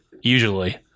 usually